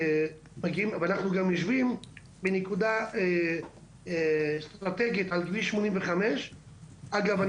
אנחנו גם יושבים שנקודה אסטרטגית על כביש 85. אגב,